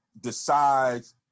decides